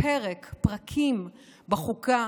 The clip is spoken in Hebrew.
פרקים בחוקה